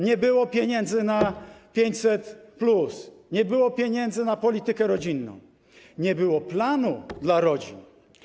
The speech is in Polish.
Nie było pieniędzy na 500+, nie było pieniędzy na politykę rodzinną, nie było planu dla rodzin.